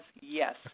yes